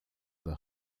the